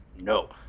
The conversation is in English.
no